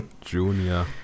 Junior